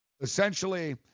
essentially